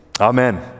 Amen